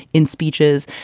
in speeches.